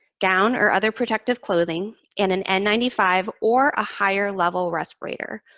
gown or other protective clothing, and an n nine five or a higher-level respirator.